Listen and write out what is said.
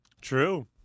True